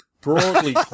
broadly